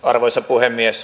arvoisa puhemies